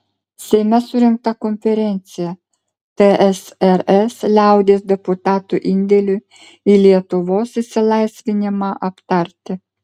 seime surengta konferencija tsrs liaudies deputatų indėliui į lietuvos išsilaisvinimą aptarti